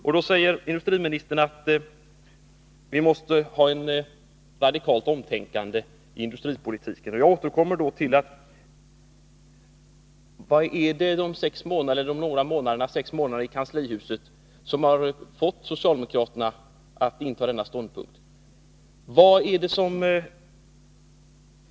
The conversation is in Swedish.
Också industriministern säger att vi måste få ett radikalt omtänkande i industripolitiken. Jag återkommer då till frågan om vad det är som under socialdemokraternas sex månader i kanslihuset fått dem att inta denna ståndpunkt.